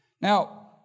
Now